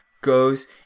goes